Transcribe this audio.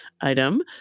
item